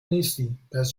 نیستی٬پس